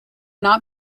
not